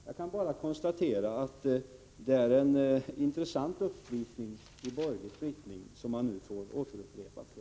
Jag kan bara konstatera att det är en intressant uppvisning av borgerlig splittring som man nu får återupprepat för